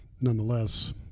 nonetheless